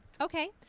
Okay